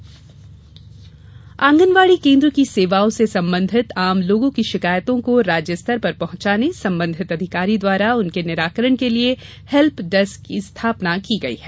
आंगनबाडी शिकायत आंगनबाडी केन्द्र की सेवाओं से संबंधित आमलोगों की शिकायतों को राज्य स्तर पर पहुंचाने संबंधित अधिकारी द्वारा उनके निराकरण के लिये हेल्य डेस्क की स्थापना की गयी है